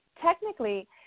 technically